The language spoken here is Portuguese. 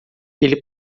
ele